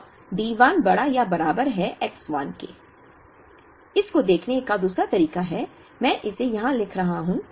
अब D 1 बड़ा या बराबर है X 1 के इस को देखने का दूसरा तरीका है मैं इसे यहाँ लिख रहा हूँ